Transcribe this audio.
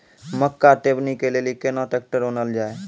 मक्का टेबनी के लेली केना ट्रैक्टर ओनल जाय?